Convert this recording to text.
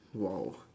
!wow!